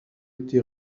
été